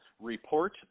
report